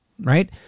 right